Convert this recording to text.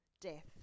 death